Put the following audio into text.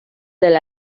del